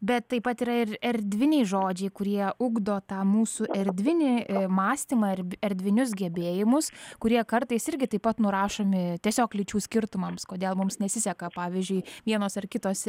bet taip pat yra ir erdviniai žodžiai kurie ugdo tą mūsų erdvinį mąstymą ir erdvinius gebėjimus kurie kartais irgi taip pat nurašomi tiesiog lyčių skirtumams kodėl mums nesiseka pavyzdžiui vienos ar kitos